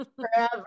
forever